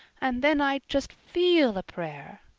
and then i'd just feel a prayer.